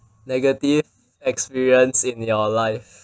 negative experience in your life